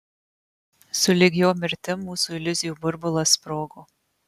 sulig jo mirtim mūsų iliuzijų burbulas sprogo